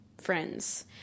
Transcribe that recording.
friends